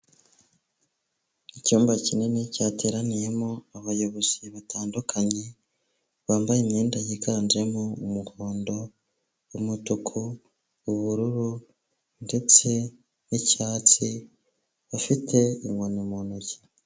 Icyumba kinini cyateraniyemo abayobozi batandukanye, bambaye imyenda yiganjemo umuhondo, mutuku, ubururu ndetse nicyatsi bafite inkoni mu ntoki.